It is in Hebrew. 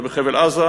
ובחבל-עזה,